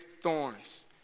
thorns